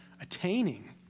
attaining